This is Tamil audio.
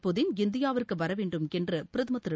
புதின் இந்தியாவிற்கு வரவேண்டும் என்று பிரதமர் திரு